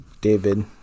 David